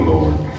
Lord